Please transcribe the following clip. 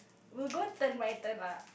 will go turn by turn lah